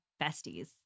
besties